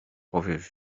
powiew